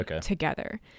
together